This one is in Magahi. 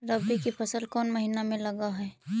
रबी की फसल कोन महिना में लग है?